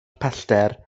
pellter